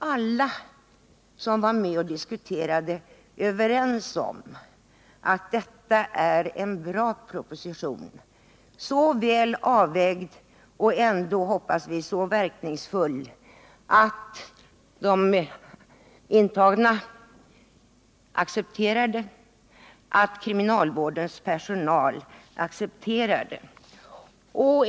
Alla som var med och diskuterade var överens om att detta är en bra proposition — så väl avvägd och ändå, hoppas vi, så verkningsfull att de intagna accepterar den, att kriminalvårdens personal accepterar den.